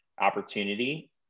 opportunity